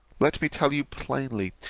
let me tell you plainly,